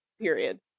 period